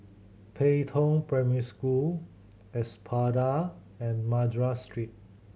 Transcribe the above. Pei Tong Primary School Espada and Madras Street